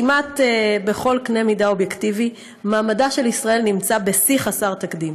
כמעט בכל קנה מידה אובייקטיבי מעמדה של ישראל נמצא בשיא חסר תקדים.